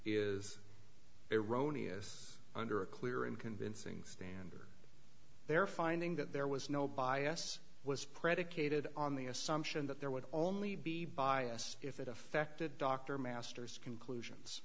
is eroni is under a clear and convincing standard their finding that there was no bias was predicated on the assumption that there would only be bias if it affected dr masters conclusions